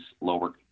lower